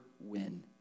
win